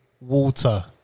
water